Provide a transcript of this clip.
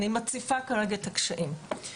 אני מציפה כרגע את הקשיים.